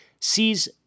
sees